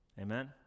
amen